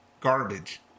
garbage